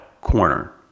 corner